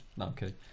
okay